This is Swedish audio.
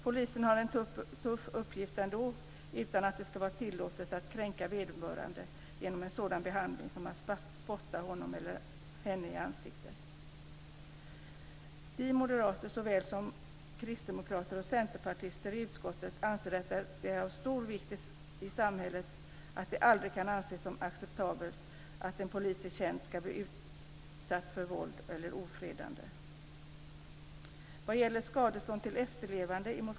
Polisen har en tuff uppgift ändå, utan att det ska vara tillåtet att kränka vederbörande genom en så kränkande behandling som att bli spottad i ansiktet. Såväl vi moderater som kristdemokrater och centerpartister i utskottet menar att det är av stor vikt att det i samhället aldrig kan anses som acceptabelt att en polis i tjänst ska behöva bli utsatt för våld eller ofredande.